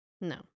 No